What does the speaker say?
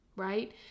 right